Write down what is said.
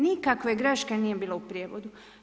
Nikakve greške nije bilo u prijevodu.